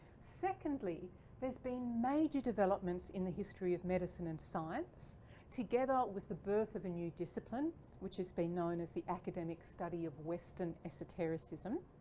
secondly there's been major developments in the history of medicine and science together with the birth of a new discipline which has been known as the academic study of western esotericism.